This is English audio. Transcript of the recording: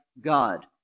God